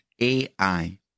AI